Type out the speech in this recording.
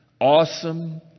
awesome